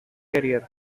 career